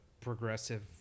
progressive